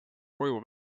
koju